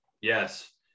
Yes